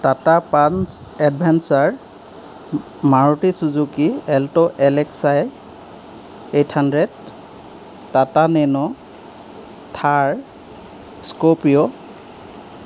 Tata punch adventure Maruti Suzuki alto L X I eight hundred Tata nano Thar scorpio